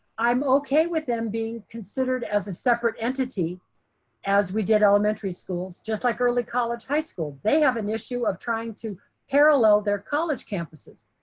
i'm okay with them being considered as a separate entity as we did elementary schools, just like early college high school. they have an issue of trying to parallel their college campuses.